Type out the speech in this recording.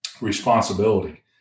responsibility